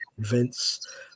events